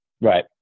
Right